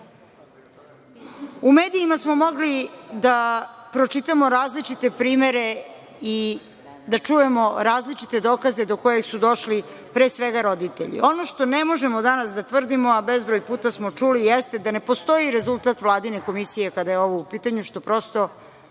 U medijima smo mogli da pročitamo različite primere i da čujemo različite dokaze do kojih su došli pre svega roditelji. Ono što ne možemo danas da tvrdimo, a bezbroj puta smo čuli jeste da ne postoji rezultat Vladine komisije kada je ovo u pitanju, što prosto